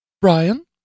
Brian